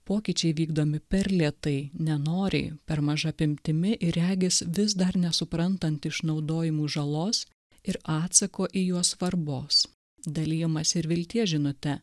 pokyčiai vykdomi per lėtai nenoriai per maža apimtimi ir regis vis dar nesuprantant išnaudojimų žalos ir atsako į juos svarbos dalijimąsi ir vilties žinute